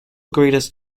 greatest